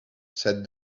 said